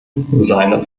seiner